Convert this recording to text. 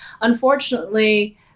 Unfortunately